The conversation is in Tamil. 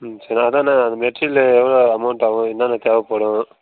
ம் அதுதாண்ண அது மெட்டரீயல் எவ்வளவு அமௌண்ட் ஆகும் என்னென்ன தேவைபடும்